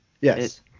Yes